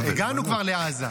כבר הגענו לעזה.